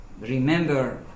remember